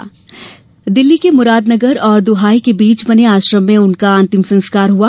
आज दिल्ली के मुरादनगर और दुहाई के बीच बने आश्रम में उनका अंतिम संस्कार हुआ